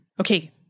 Okay